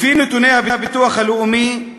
לפי נתוני הביטוח הלאומי,